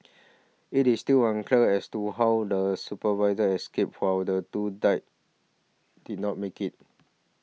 it is still unclear as to how the supervisor escaped while the two die did not make it